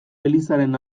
elizaren